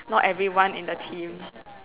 not everyone in the team